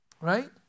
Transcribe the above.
Right